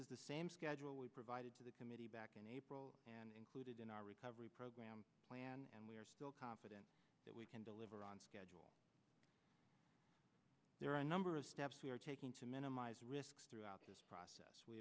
is the same schedule we provided to the committee back in april and included in our recovery program plan and we are still confident that we can deliver on schedule there are a number of steps we are taking to minimize risks throughout this process we